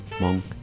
Monk